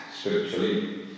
spiritually